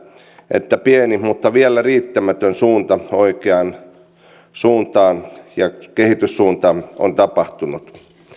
että pieni mutta vielä riittämätön liike oikeaan kehityssuuntaan on tapahtunut